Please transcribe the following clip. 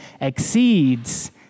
exceeds